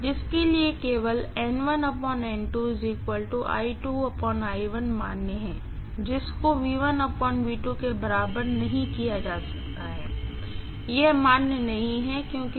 जिसके लिए केवल मान्य है जिसको के बराबर नहीं किया जा सकता है यह मान्य नहीं है क्योंकि